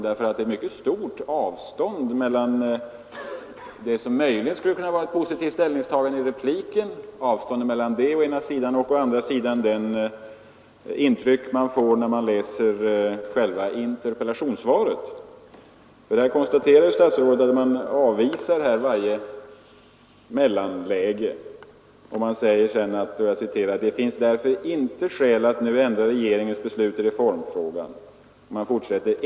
Det är nämligen ett mycket stort avstånd mellan å ena sidan det som möjligen skulle kunna vara ett positivt ställningstagande i repliken och å andra sidan det intryck man får av själva interpellationssvaret. Där konstaterar ju statsrådet att regeringen avvisar varje mellanläge och säger sedan: ”Det finns därför inte skäl att nu ändra regeringens beslut i reformfrågan.